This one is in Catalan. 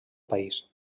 país